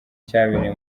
cyabereye